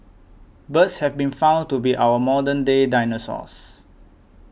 birds have been found to be our modern day dinosaurs